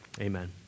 Amen